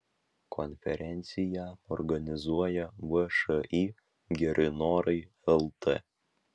konferenciją organizuoja všį geri norai lt